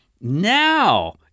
now